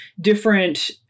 different